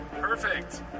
Perfect